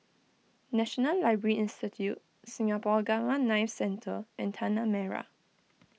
National Library Institute Singapore Gamma Knife Centre and Tanah Merah